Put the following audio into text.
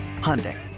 Hyundai